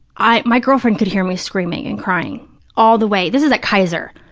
i, my girlfriend could hear me screaming and crying all the way, this is at kaiser,